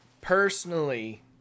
Personally –